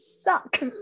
suck